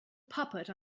puppet